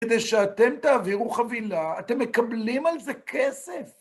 כדי שאתם תעבירו חבילה, אתם מקבלים על זה כסף.